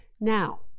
Now